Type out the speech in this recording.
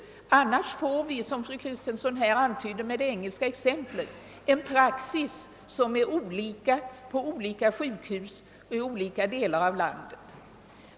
Annars får vi, som fru Kristensson här antydde med det engelska exemplet, en praxis som är olika på olika sjukhus och i olika delar av landet.